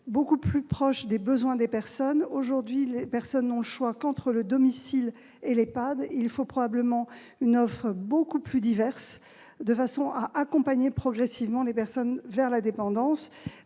beaucoup plus proche des besoins des personnes. Aujourd'hui, elles n'ont le choix qu'entre leur domicile et l'EHPAD. Il faut proposer une offre beaucoup plus diverse, de façon à les accompagner progressivement vers la dépendance,